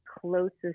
closest